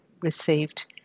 received